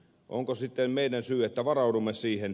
onko sitten meidän syymme että varaudumme siihen